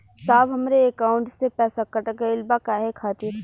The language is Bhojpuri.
साहब हमरे एकाउंट से पैसाकट गईल बा काहे खातिर?